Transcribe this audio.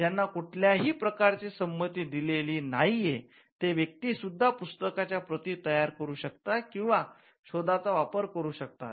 ज्यांना कुठल्याही प्रकारची संमती दिलेली नाहीये ते व्यक्ती सुद्धा पुस्तकाच्या प्रती तयार करू शकतात किंवा शोधाचा वापर करू शकतात